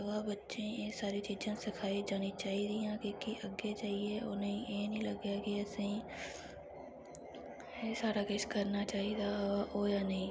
अवा बच्चेंई एह् सारी चीजां सखाई जानी चाही दियां की के अग्गे जाईयै उनेंई एह् नी लग्गै कि असें एह् सारा किश करना चाही दा व होया नेईं